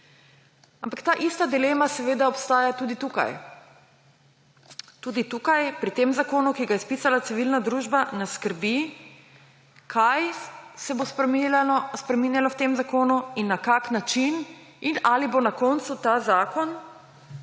Ampak ta ista dilema obstaja tudi tukaj. Tudi tukaj pri tem zakonu, ki ga je spisala civilna družba, nas skrbi, kaj se bo spreminjalo v tem zakonu in na kakšen način in ali bo na koncu ta zakon,